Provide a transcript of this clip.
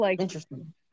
interesting